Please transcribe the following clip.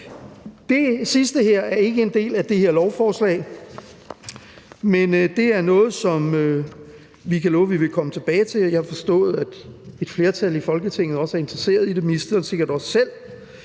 Det sidste her er ikke en del af det her lovforslag, men det er noget, som vi kan love vi vil komme tilbage til. Jeg har forstået, at et flertal i Folketinget også er interesseret i det, og det er ministeren sikkert også selv,